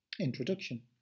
Introduction